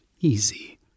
easy